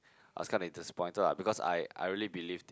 I was kinda disappointed ah because I I really believed